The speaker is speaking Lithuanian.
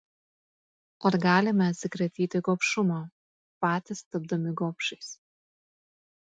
ar galime atsikratyti gobšumo patys tapdami gobšais